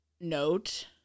note